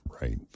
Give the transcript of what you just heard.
Right